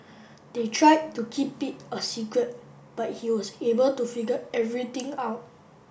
they tried to keep it a secret but he was able to figure everything out